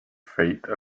fate